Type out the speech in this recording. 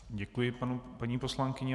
Děkuji, paní poslankyně.